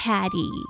Patty